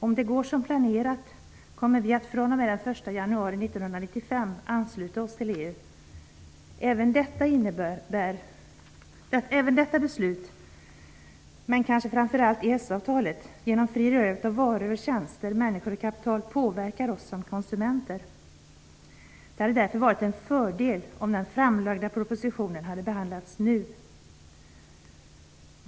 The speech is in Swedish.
Om det går som planerat kommer vi att fr.o.m. den 1 januari 1995 ansluta oss till EU. Även detta beslut, men kanske framför allt EES-avtalet med fri rörlighet för varor, tjänster, människor och kapital, påverkar oss som konsumenter. Det hade därför varit en fördel om den framlagda propositionen hade behandlats nu.